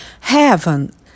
Heaven